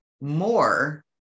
more